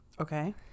Okay